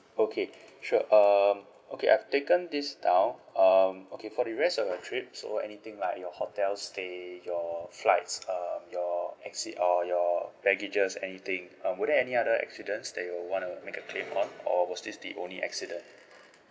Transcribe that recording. okay sure um okay I've taken this down um okay for the rest of your trip so anything like your hotel stay your flights um your accid~ or your baggages anything um were there any other accidents that you want to make a claim on or was this the only accident